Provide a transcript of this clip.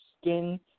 skin